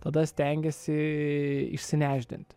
tada stengiasi išsinešdinti